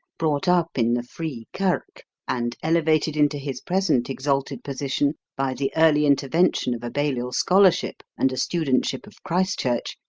brought up in the free kirk, and elevated into his present exalted position by the early intervention of a balliol scholarship and a studentship of christ church,